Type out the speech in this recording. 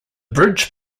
bridge